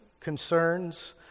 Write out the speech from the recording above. concerns